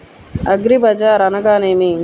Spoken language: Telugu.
అగ్రిబజార్ అనగా నేమి?